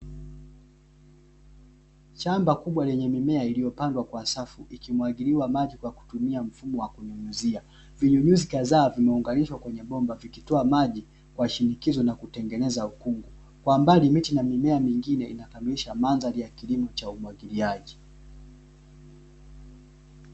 Shamba kubwa lenye mimea iliyopandwa kwasafu ikimwagiliwa maji kwa kutumia mfumo wa kunyunyizia, vinyunyizi kadhaa vimeunganishwa kwenye bomba vikitoa maji kwa shinikizo na kutengeneza ukungu, kwa mbali miti na mimea mingine inakamilisha mandhari ya kilimo cha umwagiliaji.